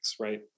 right